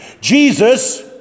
Jesus